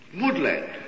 Woodland